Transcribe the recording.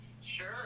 sure